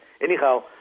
Anyhow